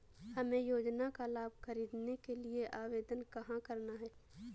हमें योजना का लाभ ख़रीदने के लिए आवेदन कहाँ करना है?